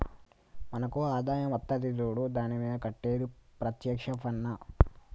మనకు ఆదాయం అత్తది సూడు దాని మీద కట్టేది ప్రత్యేక్ష పన్నా